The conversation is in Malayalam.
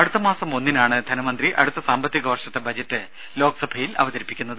അടുത്തമാസം ഒന്നിനാണ് ധനമന്ത്രി അടുത്ത സാമ്പത്തിക വർഷത്തെ ബജറ്റ് ലോക്സഭയിൽ അവതരിപ്പിക്കുന്നത്